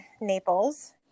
Naples